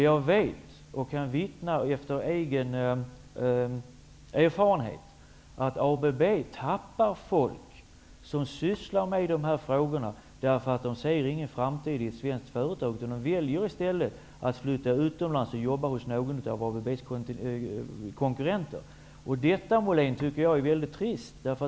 Jag vet, och kan av egen erfarenhet vittna om, att ABB tappar folk som sysslar med sådana här frågor. Dessa människor ser ingen framtid i svenska företag. I stället väljer de att flytta utomlands och jobba hos någon av ABB:s konkurrenter. Detta faktum, Per-Richard Molén, är väldigt trist.